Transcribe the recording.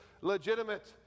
legitimate